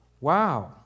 wow